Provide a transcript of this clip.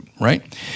right